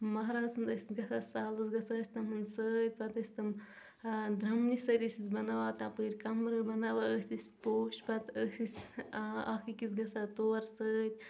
مہرازٕ سُنٛد ٲسۍ گژھان سالس گژھان ٲسۍ تِمن سۭتۍ پتہٕ ٲسۍ تِم درمنہِ سۭتۍ ٲسۍ أسۍ بناوان تپٲر کمبرٕ بناوان ٲسۍ أسۍ پوش پتہٕ ٲسۍ أسۍ اکھ أکِس گژھان تور سۭتۍ